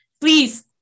please